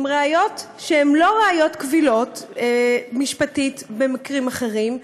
עם ראיות שהן לא ראיות קבילות משפטית במקרים אחרים,